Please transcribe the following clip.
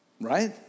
right